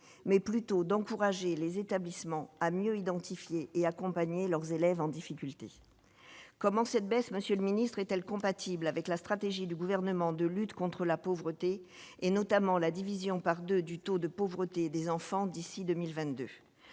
mais plutôt d'encourager les établissements à mieux identifier et accompagner leurs élèves en difficulté, comment cette baisse, monsieur le ministre est-elle compatible avec la stratégie du gouvernement de lutte contre la pauvreté et notamment la division par 2 du taux de pauvreté des enfants d'ici 2022,